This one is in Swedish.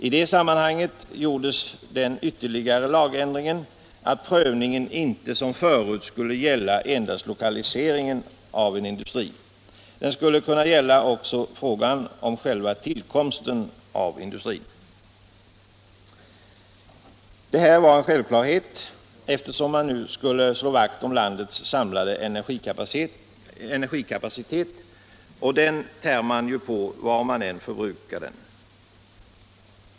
I det sammanhanget gjordes den ytterligare lagändringen att prövningen inte som förut skulle gälla endast lokaliseringen av en industri. Den skulle också kunna gälla frågan om själva tillkomsten av den. Detta var en självklarhet, eftersom man nu skulle slå vakt om landets samlade energikapacitet — och den tär man ju på var förbrukningen än sker.